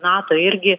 nato irgi